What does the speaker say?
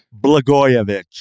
Blagojevich